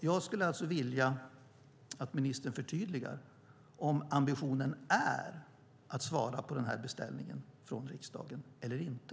Jag skulle alltså vilja att ministern förtydligar om ambitionen är att svara på den här beställningen från riksdagen eller inte.